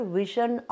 vision